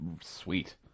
sweet